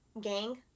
gang